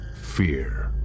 Fear